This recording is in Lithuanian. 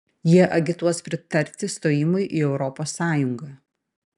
jie agituos pritarti stojimui į europos sąjungą